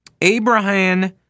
Abraham